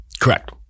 Correct